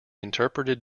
interpreted